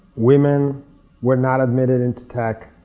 women were not admitted into tech,